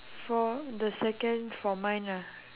for the second for mine lah